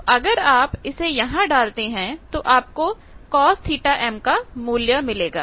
तो अगर आप इसे यहां डालते हैं तो आपको cosθm का मूल्य मिलेगा